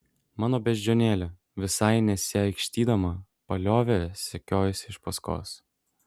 mano beždžionėlė visai nesiaikštydama paliovė sekiojusi iš paskos